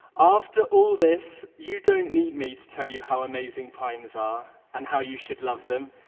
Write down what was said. after all this, you don't need me to tell you how amazing primes are and how you should love them.